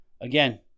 again